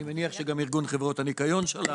אני מניח שגם ארגון חברות הניקיון שלח.